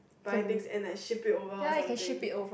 buy things and I shipped it over something